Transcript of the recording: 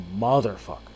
motherfucker